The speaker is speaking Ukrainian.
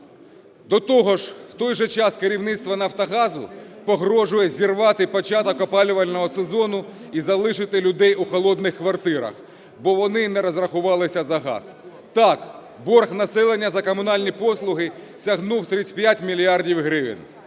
До того ж, в той же час керівництво "Нафтогазу" погрожує зірвати початок опалювального сезону і залишити людей у холодних квартирах, бо вони не розрахувалися за газ. Так, борг населення за комунальні послуги сягнув 35 мільярдів гривень.